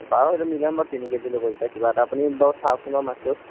বাৰু সেইটো মিলাম বাৰু তিনি কেজি ল'ব যেতিয়া কিবা এটা আপুনি বাৰু চাওকচোন বাৰু মাছটো